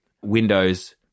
Windows